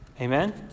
Amen